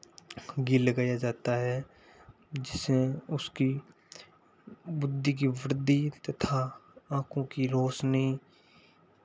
घी लगाया जाता है जिससे उसकी बुद्धि की वृद्धि तथा आँखों की रोशनी